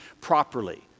properly